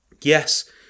Yes